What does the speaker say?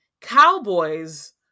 Cowboys